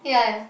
ya ya